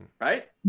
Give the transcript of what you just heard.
right